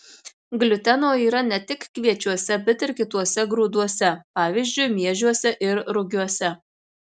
gliuteno yra ne tik kviečiuose bet ir kituose grūduose pavyzdžiui miežiuose ir rugiuose